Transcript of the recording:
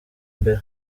imbere